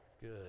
Good